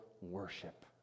worship